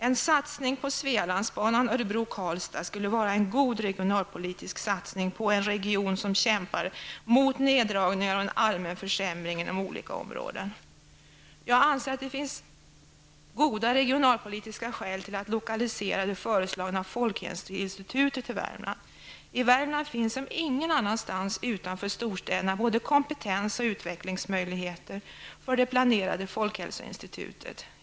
En satsning på Svealandsbanan Örebro-- Karlstad skulle vara en god regionalpolitisk satsning på en region som kämpar mot neddragningar och allmänna försämringar inom olika områden. Jag anser att det finns goda regionalpolitiska skäl till att lokalisera det föreslagna folkhälsoinstitutet till Värmland. I Värmland finns som ingen annanstans utanför storstäderna både kompetens och utvecklingsmöjligheter för det planerade folkhälsoinstitutet.